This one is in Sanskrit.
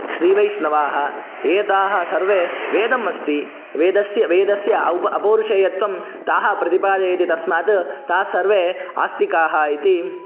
श्रीवैष्णवाः एताः सर्वे वेदम् अस्ति वेदस्य वेदस्य औप अपौरुषेयत्वं तान् प्रतिपादयन्ति तस्मात् ते सर्वे आस्तिकाः इति